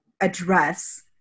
address